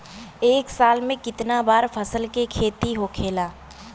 एक साल में कितना बार फसल के खेती होखेला?